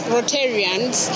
Rotarians